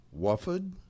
Wofford